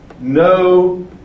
no